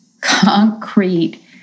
concrete